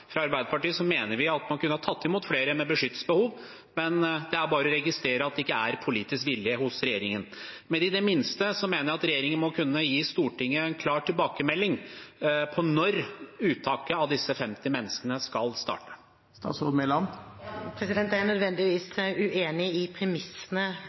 Fra Arbeiderpartiets side mener vi at man kunne ha tatt imot flere med beskyttelsesbehov, men jeg registrerer at det ikke er politisk vilje hos regjeringen. Men i det minste mener jeg at regjeringen må kunne gi Stortinget en klar tilbakemelding på når uttaket av disse 50 menneskene skal starte. Jeg er nødvendigvis uenig i premissene i spørsmålet til representanten, og jeg har heller aldri forstått hva som er